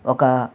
ఒక